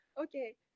Okay